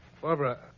Barbara